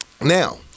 Now